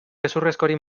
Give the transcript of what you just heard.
gezurrezkoari